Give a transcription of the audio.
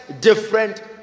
different